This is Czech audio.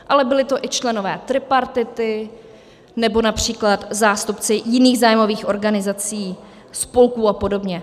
Ale byli to i členové tripartity nebo např. zástupci jiných zájmových organizací, spolků apod.